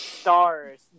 stars